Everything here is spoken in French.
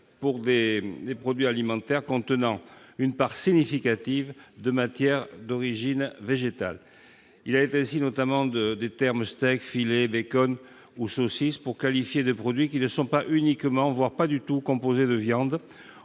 pour des produits alimentaires contenant une part significative de matières d'origine végétale. Il est question, notamment, de l'emploi des termes « steak »,« filet »,« bacon » ou « saucisse » pour qualifier des produits qui ne sont pas uniquement, voire pas du tout, composés de viande,